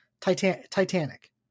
Titanic